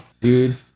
Dude